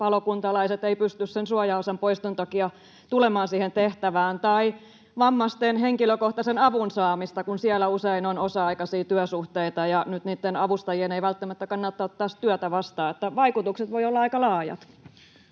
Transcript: sopimuspalokuntalaiset eivät pysty sen suojaosan poiston takia tulemaan siihen tehtävään, tai vammaisten henkilökohtaisen avun saamista, kun siellä usein on osa-aikaisia työsuhteita ja nyt niiden avustajien ei välttämättä kannata edes ottaa työtä vastaan. Eli vaikutukset voivat olla aika laajat.